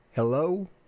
Hello